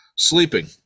sleeping